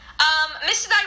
Mr